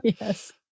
Yes